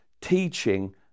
teaching